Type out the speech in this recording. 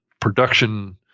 production